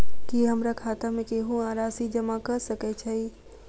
की हमरा खाता मे केहू आ राशि जमा कऽ सकय छई?